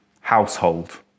household